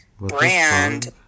brand